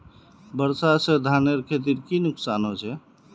वर्षा से धानेर खेतीर की नुकसान होचे?